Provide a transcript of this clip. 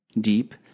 Deep